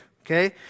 Okay